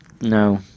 no